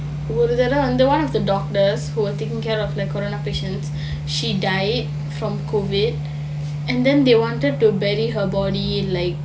ஒரு தடவ வந்து:oru tadava vanthu one of the doctors who have taken care of the corona patients she died from COVID and then they wanted to bury her body like